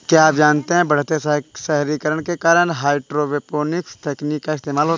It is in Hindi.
क्या आप जानते है बढ़ते शहरीकरण के कारण हाइड्रोपोनिक्स तकनीक का इस्तेमाल होता है?